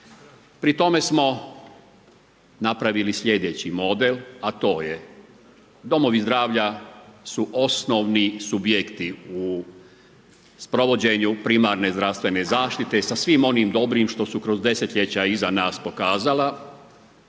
Pri tome smo napravili slijedeći model, a to je, domovi zdravlja su osnovni subjekti u sprovođenju primarne zdravstvene zaštite sa svim onim dobrim što su kroz desetljeća iza nas pokazala,